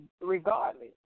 regardless